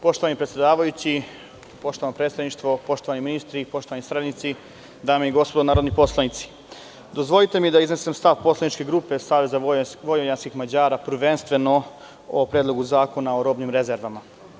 Poštovani predsedavajući, poštovano predsedništvo, poštovani ministri, poštovani saradnici, dame i gospodo narodni poslanici, dozvolite mi da iznesem stav poslaničke grupe SVM, prvenstveno o Predlogu zakona o robnim rezervama.